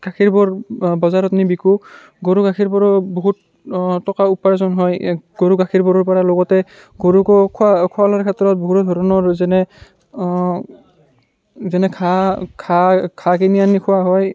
গাখীৰবোৰ বজাৰত নি বিকো গৰু গাখীৰবোৰো বহুত টকা উপাৰ্জন হয় গৰুৰ গাখীৰবোৰৰ পৰা লগতে গৰুকো খোৱা খোৱা লোৱাৰ ক্ষেত্ৰত বহুতো ধৰণৰ যেনে যেনে ঘাঁহ ঘাঁহ ঘাঁহ কিনি আনি খুওৱা হয়